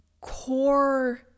core